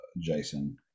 Jason